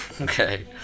Okay